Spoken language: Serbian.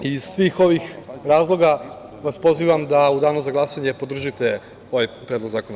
Iz svih ovih razloga vas pozivam da u Danu za glasanje podržite ovaj predlog zakona.